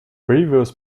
previous